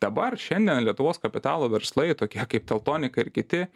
dabar šiandien lietuvos kapitalo verslai tokie kaip teltonika ir kiti